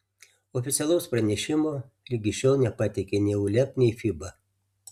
oficialaus pranešimo ligi šiol nepateikė nei uleb nei fiba